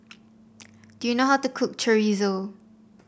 do you know how to cook Chorizo